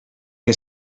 que